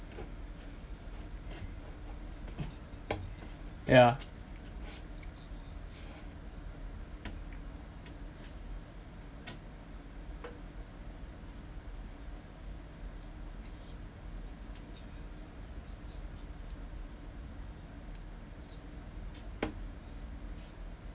ya